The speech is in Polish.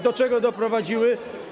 Do czego doprowadziły?